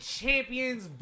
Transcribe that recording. champions